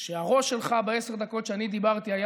שהראש שלך בעשר הדקות שאני דיברתי היה